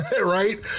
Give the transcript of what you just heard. Right